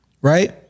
right